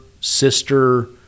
sister